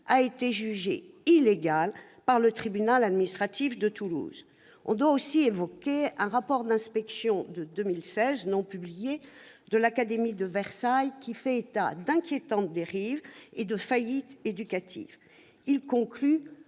a été jugée illégale par le tribunal administratif de Toulouse. On peut aussi évoquer un rapport d'inspection, non publié, de 2016 de l'académie de Versailles faisant état « d'inquiétantes dérives » et de « faillite éducative ». Il est